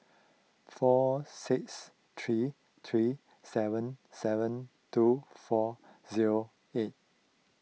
four six three three seven seven two four zero eight